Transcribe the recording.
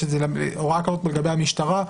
ויש הוראה כזאת לגבי המשטרה,